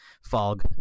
fog